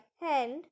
hand